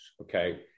okay